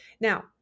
Now